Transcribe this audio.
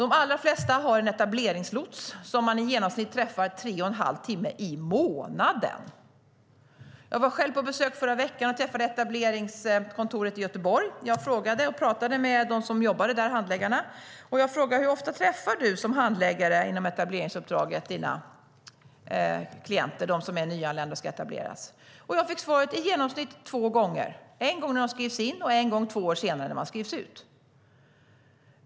De allra flesta har en etableringslots som de träffar i genomsnitt tre och en halv timme - i månaden! Jag besökte etableringskontoret i Göteborg förra veckan och talade med handläggarna som jobbar där. Jag frågade: Hur ofta träffar du som handläggare inom etableringsuppdraget dina klienter, de som är nyanlända och ska etableras? Jag fick svaret: I genomsnitt två gånger, en gång när de skrivs in och en gång två år senare när de skrivs ut.